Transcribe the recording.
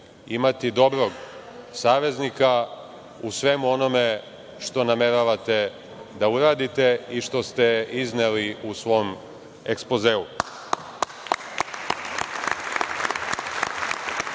imati dobrog saveznika u svemu onome što nameravate da uradite i što ste izneli u svom ekspozeu. Vaš